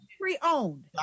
pre-owned